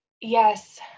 Yes